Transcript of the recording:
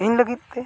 ᱤᱧ ᱞᱟᱹᱜᱤᱫᱛᱮ